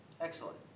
excellent